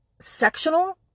sectional